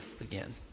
again